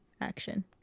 action